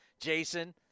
Jason